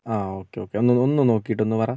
ആ okay okay ഒന്ന് ഒന്ന് നോക്കിയിട്ട് ഒന്ന് പറ